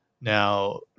Now